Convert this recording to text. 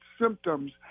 symptoms